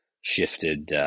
shifted